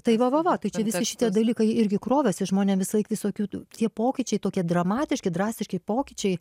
tai va va va tai čia visai šitie dalykai irgi krovėsi žmonėm visąlaik visokių tų tie pokyčiai tokie dramatiški drastiški pokyčiai